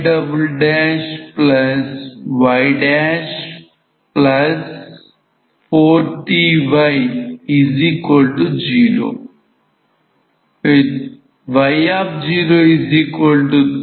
tyy4ty0 with y03 y00